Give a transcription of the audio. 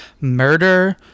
murder